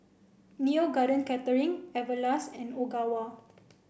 Neo Garden Catering Everlast and Ogawa